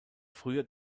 früher